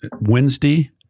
Wednesday